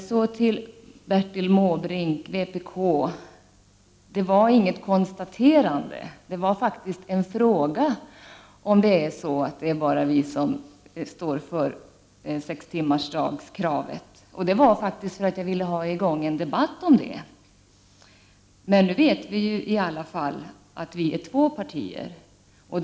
Så till Bertil Måbrink. Det var inget konstaterande utan en fråga, om det bara är vi som står för kravet på sex timmars arbetsdag. Jag ställde frågan för att få i gång en debatt om detta. Men nu vet vi i alla fall att två partier står bakom det kravet.